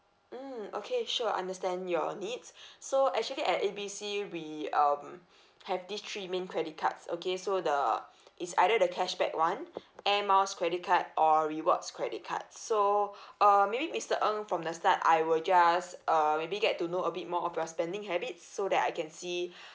mm okay sure understand your needs so actually at A B C we um have these three main credit cards okay so the is either the cashback one air miles credit card or rewards credit card so uh maybe mister ng from the start I will just uh maybe get to know a bit more of your spending habits so that I can see